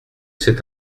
c’est